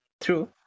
True